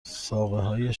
ساقههای